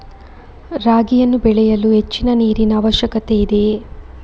ರಾಗಿಯನ್ನು ಬೆಳೆಯಲು ಹೆಚ್ಚಿನ ನೀರಿನ ಅವಶ್ಯಕತೆ ಇದೆಯೇ?